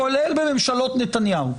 כולל בממשלות נתניהו.